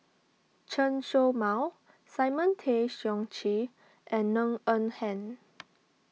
Chen Show Mao Simon Tay Seong Chee and Ng Eng Hen